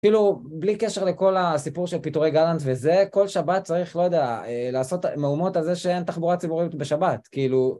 כאילו, בלי קשר לכל הסיפור של פיטורי גלנט וזה, כל שבת צריך, לא יודע, לעשות מהומות על זה שאין תחבורה ציבורית בשבת. כאילו...